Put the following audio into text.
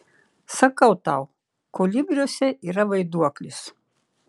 sakau tau kolibriuose yra vaiduoklis